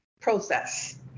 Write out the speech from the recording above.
process